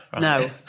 No